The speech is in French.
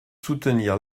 soutenir